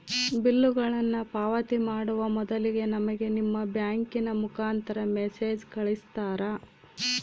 ಬಿಲ್ಲುಗಳನ್ನ ಪಾವತಿ ಮಾಡುವ ಮೊದಲಿಗೆ ನಮಗೆ ನಿಮ್ಮ ಬ್ಯಾಂಕಿನ ಮುಖಾಂತರ ಮೆಸೇಜ್ ಕಳಿಸ್ತಿರಾ?